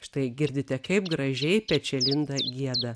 štai girdite kaip gražiai pečialinda gieda